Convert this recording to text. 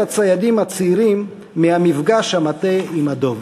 הציידים הצעירים מהמפגש המטעה עם הדוב.